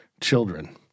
children